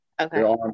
Okay